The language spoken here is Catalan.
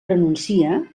renuncia